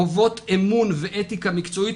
חובות אמון ואתיקה מקצועית,